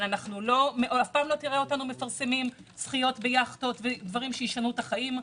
אבל אף פעם לא תראה אותנו מפרסמים זכיות ביאכטות ודברים שישנו את החיים.